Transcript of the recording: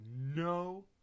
no